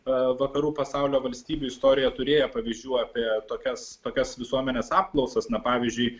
vakarų pasaulio valstybių istorijoje turėję pavyzdžių apie tokias kokias visuomenės apklausas na pavyzdžiui